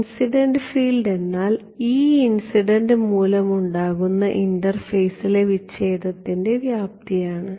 incident field എന്നാൽ E incident മൂലമുണ്ടാകുന്ന ഇന്റർഫേസിലെ വിച്ഛേദത്തിന്റെ വ്യാപ്തിയാണ്